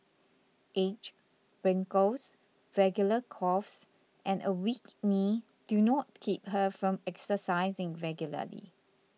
age wrinkles regular coughs and a weak knee do not keep her from exercising regularly